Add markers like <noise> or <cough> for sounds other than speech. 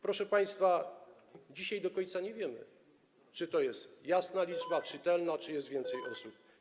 Proszę państwa, dzisiaj do końca nie wiemy, czy to jest jasna, <noise> czytelna liczba, czy jest więcej osób.